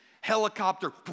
helicopter